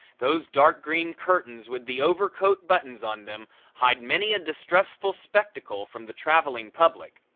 those dark green curtains with the overcoat buttons on them hide many a distressful spectacle from the traveling public!